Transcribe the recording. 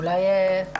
אולי,